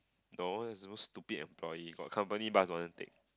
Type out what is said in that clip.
no is those stupid employee got company bus don't want take